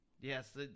Yes